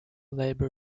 labor